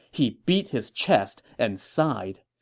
he beat his chest and sighed